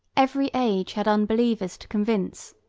every age had unbelievers to convince,